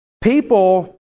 People